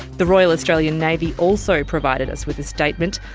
the royal australian navy also provided us with a statement,